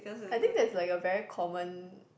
I think that's like a very common